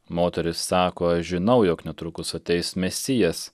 moteris sako aš žinau jog netrukus ateis mesijas